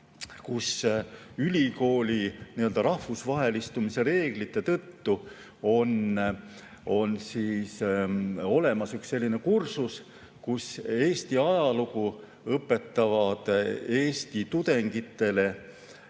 ülikooli rahvusvahelistumise reeglite tõttu on üks kursus, kus Eesti ajalugu õpetatakse eesti tudengitele